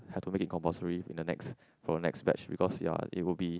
had to make it compulsory in the next for the next batch because ya it would be